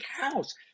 house